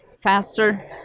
faster